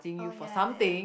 oh ya ya ya